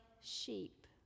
sheep